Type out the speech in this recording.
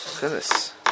Goodness